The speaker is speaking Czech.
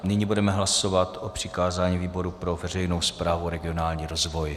Nyní budeme hlasovat o přikázání výboru pro veřejnou správu a regionální rozvoj.